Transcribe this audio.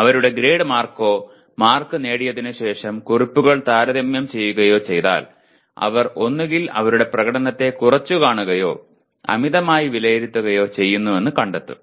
അവരുടെ ഗ്രേഡോ മാർക്കോ നേടിയതിനുശേഷം കുറിപ്പുകൾ താരതമ്യം ചെയ്യുകയോ ചെയ്താൽ അവർ ഒന്നുകിൽ അവരുടെ പ്രകടനത്തെ കുറച്ചുകാണുകയോ അമിതമായി വിലയിരുത്തുകയോ ചെയ്യുന്നുവെന്ന് കണ്ടെത്തും